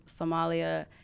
somalia